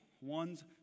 one's